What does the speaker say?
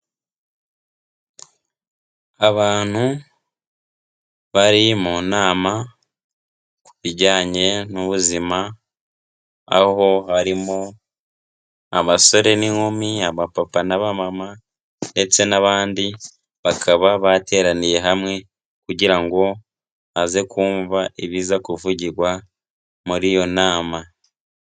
Abantu bari mu nama ku bijyanye n'ubuzima, aho harimo abasore n'inkumi, abapapa n'abamama ndetse n'abandi, bakaba bateraniye hamwe kugira ngo baze kumva ibiza kuvugirwa muri iyo nama.